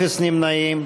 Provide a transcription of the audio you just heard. אפס נמנעים.